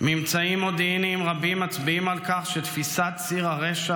ממצאים מודיעיניים רבים מצביעים על כך שתפיסת ציר הרשע